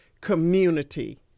community